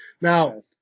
Now